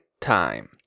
time